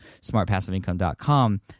smartpassiveincome.com